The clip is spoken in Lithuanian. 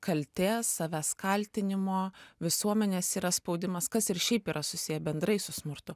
kaltės savęs kaltinimo visuomenės yra spaudimas kas ir šiaip yra susiję bendrai su smurtu